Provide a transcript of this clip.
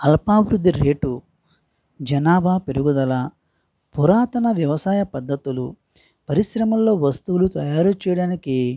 alpha వృద్ధి రేటు జనాభా పెరుగుదల పురాతన వ్యవసాయ పద్ధతులు పరిశ్రమల్లో వస్తువులు తయారు చేయడానికి